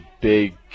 big